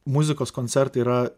muzikos koncertai yra